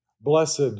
Blessed